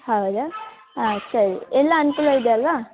ಹೌದಾ ಹಾಂ ಸರಿ ಎಲ್ಲ ಅನುಕೂಲ ಇದೆ ಅಲ್ವಾ